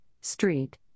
Street